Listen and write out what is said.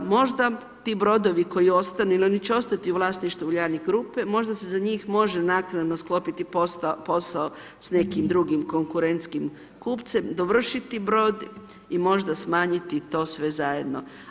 Možda ti brodovi koji ostanu, jer oni će ostati u vlasništvu Uljanik grupe, možda se za njih može naknadno sklopiti posao s nekim drugim konkurentskim kupcem, dovršiti brod i možda smanjiti to sve zajedno.